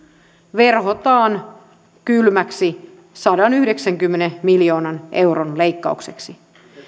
verhotaan kylmäksi sadanyhdeksänkymmenen miljoonan euron leikkaukseksi